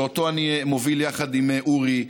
שאותו אני מוביל יחד עם אורי,